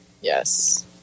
Yes